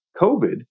COVID